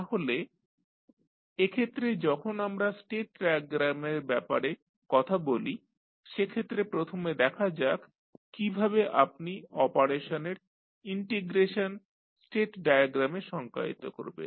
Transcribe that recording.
তাহলে এক্ষেত্রে যখন আমরা স্টেট ডায়াগ্রামের ব্যাপারে কথা বলি সেক্ষেত্রে প্রথমে দেখা যাক কীভাবে আপনি অপারেশনের ইন্টিগ্রেশন স্টেট ডায়াগ্রামে সংজ্ঞায়িত করবেন